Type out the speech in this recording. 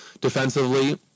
defensively